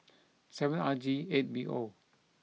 seven R G eight B O